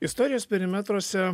istorijos perimetruose